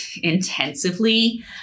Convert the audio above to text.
intensively